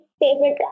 favorite